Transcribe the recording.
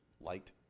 light